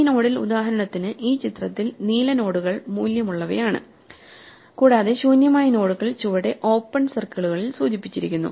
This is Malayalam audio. ഈ നോഡിൽ ഉദാഹരണത്തിന് ഈ ചിത്രത്തിൽ നീല നോഡുകൾ മൂല്യങ്ങളുള്ളവയാണ് കൂടാതെ ശൂന്യമായ നോഡുകൾ ചുവടെ ഓപ്പൺ സർക്കിളുകളിൽ സൂചിപ്പിച്ചിരിക്കുന്നു